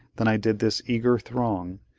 than i did this eager throng,